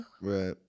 Right